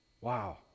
Wow